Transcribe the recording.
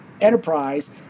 enterprise